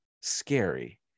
scary